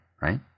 Right